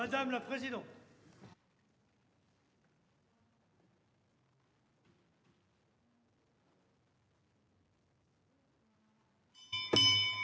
Madame la présidente,